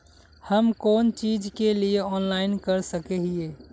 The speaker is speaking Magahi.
हम कोन चीज के लिए ऑनलाइन कर सके हिये?